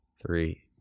three